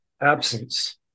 absence